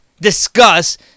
discuss